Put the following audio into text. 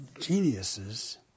geniuses